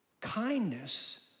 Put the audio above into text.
Kindness